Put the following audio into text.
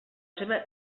seva